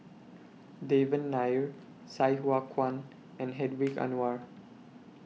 Devan Nair Sai Hua Kuan and Hedwig Anuar